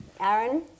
Aaron